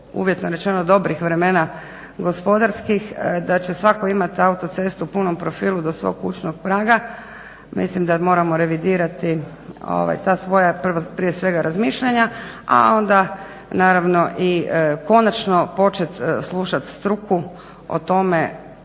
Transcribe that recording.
uvjetno rečeno dobrih vremena gospodarskih, da će svatko imat autocestu u punom profilu do svog kućnog praga, mislim da moramo revidirati ta svoja prije svega razmišljanja, a onda naravno i konačno počet slušat struku o tome